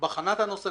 בחנה את הנושא,